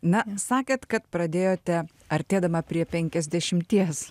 na sakėt kad pradėjote artėdama prie penkiasdešimties